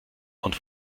und